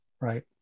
right